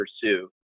pursue